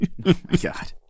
god